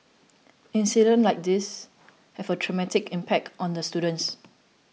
incidents like these have a traumatic impact on the students